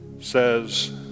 says